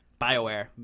BioWare